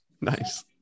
Nice